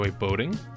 boating